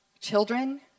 Children